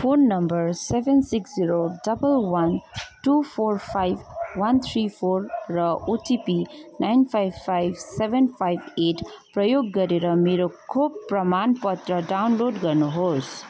phone number seven six zero double one two four five one three four र OTP nine five five seven five eight प्रयोग गरेर मेरो खोप प्रमाणपत्र download गर्नुहोस्